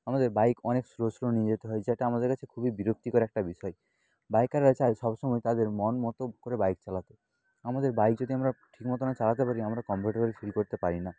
আমাদের বাইক অনেক slow slow নিয়ে যেতে হয় যেটা আমাদের কাছে খুবই বিরক্তিকর একটা বিষয় বাইকাররা চায় সবসময় তাদের মনমতো করে বাইক চালাতে আমাদের বাইক যদি আমার ঠিকমতো না চালাতে পারি আমরা কম্ফোর্টেবেল ফিল করতে পারি না